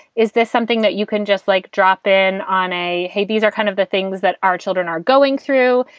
is this something that you can just, like, drop in on a, hey, these are kind of the things that our children are going through.